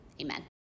Amen